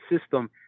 system